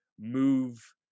move